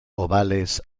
ovales